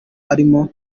arimo